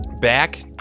Back